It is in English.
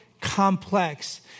complex